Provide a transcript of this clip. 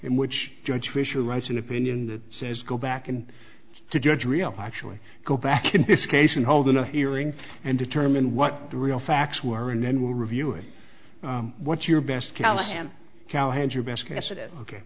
in which judge to issue writes an opinion that says go back and to judge real actually go back in this case and holding a hearing and determine what the real facts were and then we'll review it what's your best callahan